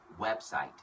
website